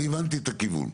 הבנתי את הכיוון.